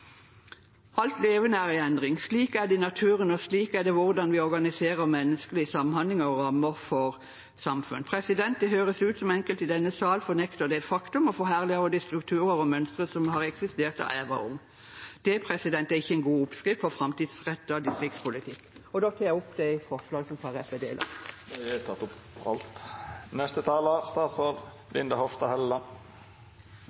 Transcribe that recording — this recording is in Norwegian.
Alt levende er i endring. Slik er det i naturen, og slik er det i hvordan vi organiserer menneskelig samhandling og rammer for samfunn. Det høres ut som om enkelte i denne sal fornekter det faktum og forherliger strukturer og mønstre som har eksistert siden jeg var ung. Det er ikke en god oppskrift på framtidsrettet distriktspolitikk. Norge er et allsidig land med ulike muligheter og utfordringer. Det tar